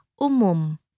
Umum